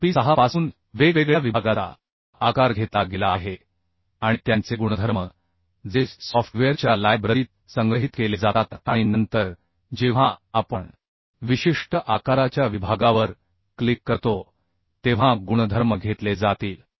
SP 6 पासून वेगवेगळ्या विभागाचा आकार घेतला गेला आहे आणि त्यांचे गुणधर्म जे सॉफ्टवेअरच्या लायब्ररीत संग्रहित केले जातातआणि नंतर जेव्हा आपण विशिष्ट आकाराच्या विभागावर क्लिक करतो तेव्हा गुणधर्म घेतले जातील